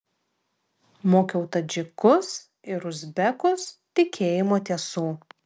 mokiau tadžikus ir uzbekus tikėjimo tiesų